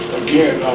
again